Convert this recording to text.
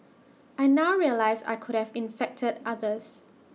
I now realize I could have infected others